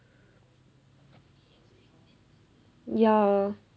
ya